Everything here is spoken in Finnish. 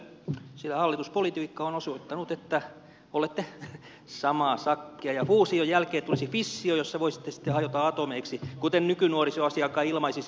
voisitte yhdistyä sillä hallituspolitiikka on osoittanut että olette samaa sakkia ja fuusion jälkeen tulisi fissio jossa voisitte sitten hajota atomeiksi kuten nykynuoriso asian kai ilmaisisi